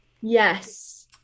Yes